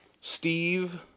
Steve